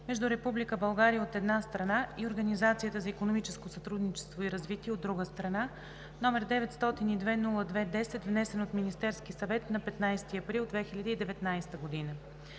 между Република България, от една страна, и Организацията за икономическо сътрудничество и развитие, от друга страна, № 902 02-10, внесен от Министерския съвет на 15 април 2019 г.